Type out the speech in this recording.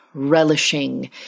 relishing